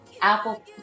Apple